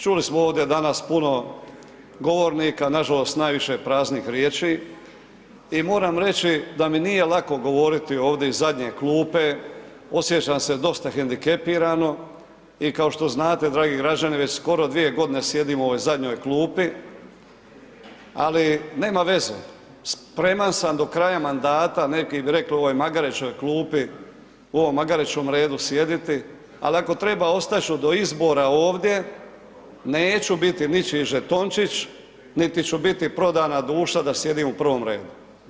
Čuli smo ovdje danas puno govornika, nažalost najviše praznih riječi i moram reći da mi nije lako govoriti ovdje iz zadnje klupe, osjećam se dosta hendikepirano i kao što znate dragi građani već skoro dvije godine sjedim u ovoj zadnjoj klupi, ali nema veze, spreman sam do kraja mandata, neki bi rekli u ovoj magarećoj klupi, u ovom magarećem redu sjediti, al ako treba ostat ću do izbora ovdje, neću biti ničiji žetončić, niti ću biti prodana duša da sjedim u prvom redu.